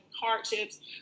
hardships